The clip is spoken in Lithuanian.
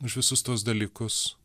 už visus tuos dalykus